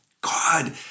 God